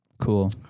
Cool